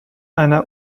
einer